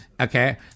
Okay